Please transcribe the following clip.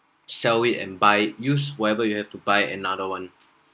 sell it and buy use whatever you have to buy another one